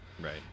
Right